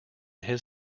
his